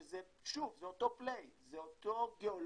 שזה שוב, זה אותו פליי, זה אותה גיאולוגיה